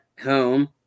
home